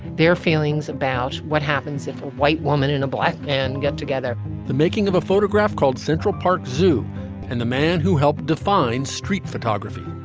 their feelings about what happens if a white woman and a black man get together the making of a photograph called central park zoo and the man who helped define street photography.